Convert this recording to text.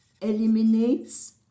Eliminates